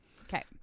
Okay